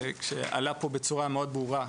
וזה עלה פה בצורה מאוד ברורה,